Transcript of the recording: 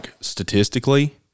statistically